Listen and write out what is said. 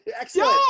excellent